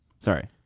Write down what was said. Sorry